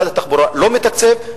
ומשרד התחבורה לא מתקצב,